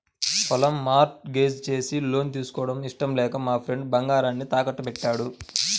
పొలం mortgage చేసి loan తీసుకోవడం ఇష్టం లేక మా ఫ్రెండు బంగారాన్ని తాకట్టుబెట్టాడు